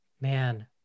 Man